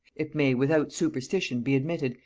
it may without superstition be admitted,